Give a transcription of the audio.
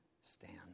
stand